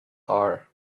are